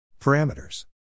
parameters